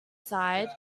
sighed